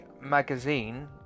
magazine